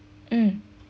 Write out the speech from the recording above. mm